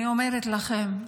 אני אומרת לכם,